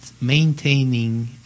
maintaining